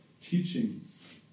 teachings